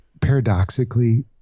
paradoxically